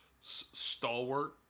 stalwart